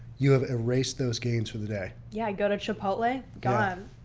you have erased those gains for the day. yeah. go to chipotle ah gone.